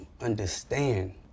understand